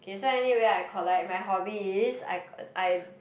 okay so anyway I collect my hobby is I I